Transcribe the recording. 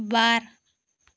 ᱵᱟᱨ